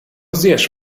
zjesz